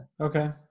okay